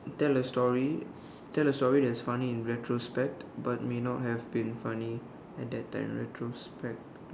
tell a story tell a story that is funny in retrospect but may not have been funny at that time retrospect